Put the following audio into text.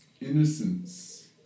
innocence